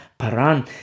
Paran